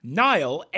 nile